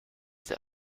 that